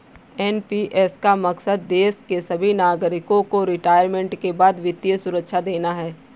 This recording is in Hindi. एन.पी.एस का मकसद देश के सभी नागरिकों को रिटायरमेंट के बाद वित्तीय सुरक्षा देना है